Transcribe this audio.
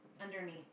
underneath